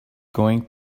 going